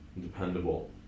dependable